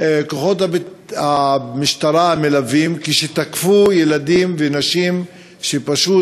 כוחות המשטרה המלווים כשתקפו ילדים ונשים שפשוט